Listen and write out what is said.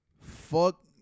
Fuck